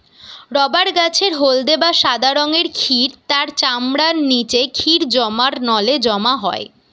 rubber গাছের হলদে বা সাদা রঙের ক্ষীর তার চামড়ার নিচে ক্ষীর জমার নলে জমা হয়